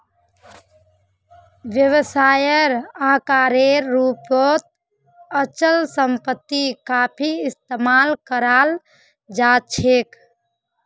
व्यवसायेर आकारेर रूपत अचल सम्पत्ति काफी इस्तमाल कराल जा छेक